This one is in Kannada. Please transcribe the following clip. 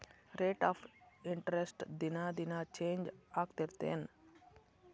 ರೇಟ್ ಆಫ್ ಇಂಟರೆಸ್ಟ್ ದಿನಾ ದಿನಾ ಚೇಂಜ್ ಆಗ್ತಿರತ್ತೆನ್